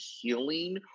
healing